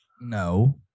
No